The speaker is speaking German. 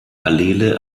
allele